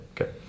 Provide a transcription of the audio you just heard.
okay